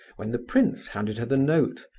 when the prince handed her the note,